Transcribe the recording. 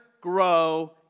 grow